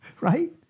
right